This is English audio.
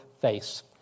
face